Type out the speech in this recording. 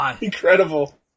incredible